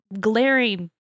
glaring